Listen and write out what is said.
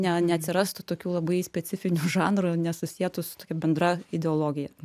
ne neatsirastų tokių labai specifinių žanrų nesusietų su tokia bendra ideologija